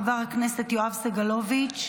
חבר הכנסת יואב סגלוביץ'